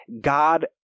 God-